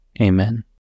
Amen